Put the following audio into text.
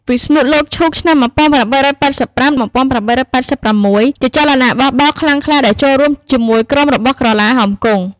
វិស្ណុលោកឈូក (ឆ្នាំ ១៨៨៥-១៨៨៦) ជាចលនាបះបោរខ្លាំងខ្លាដែលចូលរួមជាមួយក្រុមរបស់ក្រឡាហោមគង់។